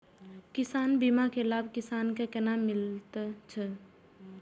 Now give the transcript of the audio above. फसल बीमा के लाभ किसान के कोना मिलेत अछि?